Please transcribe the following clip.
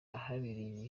ahabereye